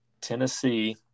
Tennessee